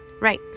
right